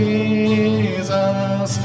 Jesus